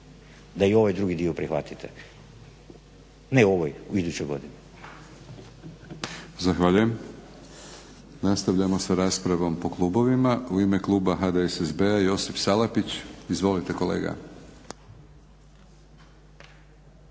da i ovaj drugi dio prihvatite, ne u ovoj, u idućoj godini.